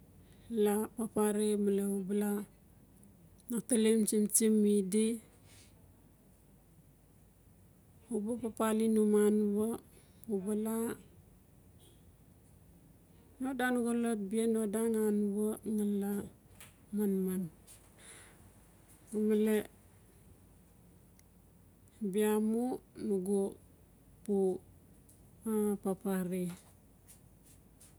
La papare male u ba la atalem tsintsin mi di u ba papali num anua u ba la no dan xolot bia, no dan anua ngali la manman. male bia mu nugu pu papare.